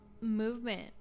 movement